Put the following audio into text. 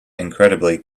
incredibly